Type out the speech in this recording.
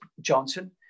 Johnson